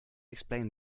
explain